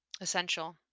essential